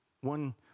One